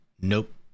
Nope